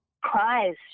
cries